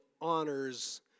honors